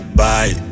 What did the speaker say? bye